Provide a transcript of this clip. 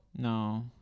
No